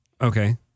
Okay